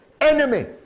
enemy